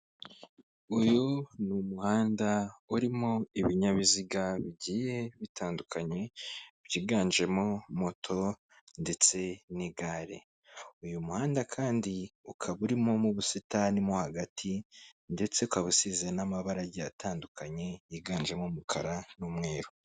Uyu ni umuhanda urimo ibinyabiziga bigiye bitandukanye byiganjemo moto ndetse n'igare uyu muhanda kandi ukaba urimo n'ubusitani mo hagati ndetse ukaba usizi n'amabara agiye atandukanye yiganjemo umukara n'umweru.